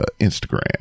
Instagram